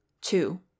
Two